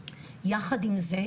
יחד עם זה,